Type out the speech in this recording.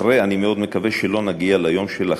אני מאוד מקווה שלא נגיע ליום שאחרי,